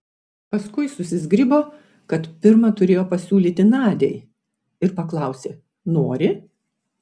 paskui susizgribo kad pirma turėjo pasiūlyti nadiai ir paklausė nori